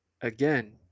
again